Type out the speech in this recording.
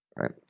right